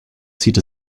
zieht